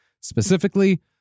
Specifically